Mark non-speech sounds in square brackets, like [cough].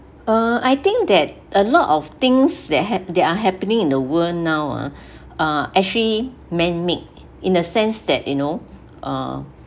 uh I think that a lot of things that hap~ that are happening in the world now ah [breath] are actually man-made in a sense that you know uh